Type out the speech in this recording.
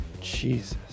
Jesus